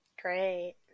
Great